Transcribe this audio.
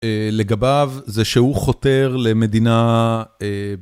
לגביו, זה שהוא חותר למדינה...